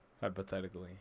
Hypothetically